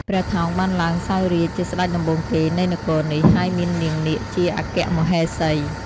ព្រះថោងបានឡើងសោយរាជ្យជាស្ដេចដំបូងគេនៃនគរនេះ ហើយមាននាងនាគជាអគ្គមហេសី។